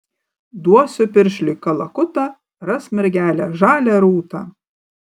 duosiu piršliui kalakutą ras mergelę žalią rūtą